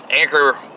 Anchor